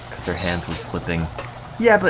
so hands were slipping yeah but